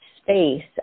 space